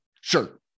Sure